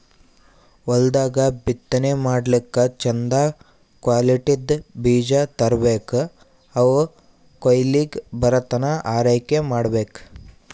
ಹೊಲ್ದಾಗ್ ಬಿತ್ತನೆ ಮಾಡ್ಲಾಕ್ಕ್ ಚಂದ್ ಕ್ವಾಲಿಟಿದ್ದ್ ಬೀಜ ತರ್ಬೆಕ್ ಅವ್ ಕೊಯ್ಲಿಗ್ ಬರತನಾ ಆರೈಕೆ ಮಾಡ್ಬೇಕ್